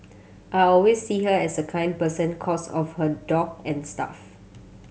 I always see her as a kind person cos of her dog and stuff